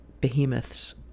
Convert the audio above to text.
behemoths